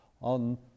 on